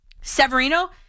Severino